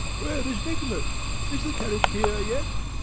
where is nicholas? is the carriage here yet?